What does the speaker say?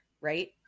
right